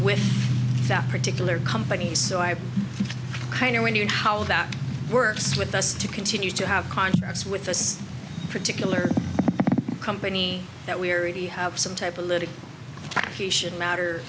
with that particular company so i kind of when you know how that works with us to continue to have contracts with this particular company that we are ready have some type of that it should matter